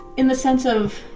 in the sense of,